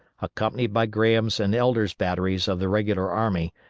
accompanied by graham's and elder's batteries of the regular army,